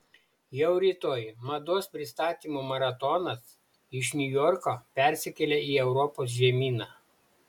jau rytoj mados pristatymų maratonas iš niujorko persikelia į europos žemyną